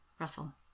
Russell